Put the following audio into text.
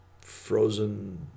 frozen